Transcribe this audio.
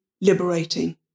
liberating